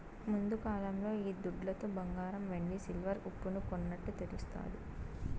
ముందుకాలంలో ఈ దుడ్లతో బంగారం వెండి సిల్వర్ ఉప్పును కొన్నట్టు తెలుస్తాది